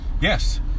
Yes